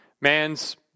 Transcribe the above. man's